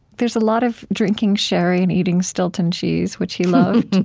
there's a lot of drinking sherry and eating stilton cheese, which he loved,